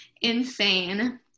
insane